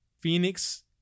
Phoenix